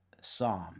psalm